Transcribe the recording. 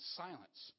silence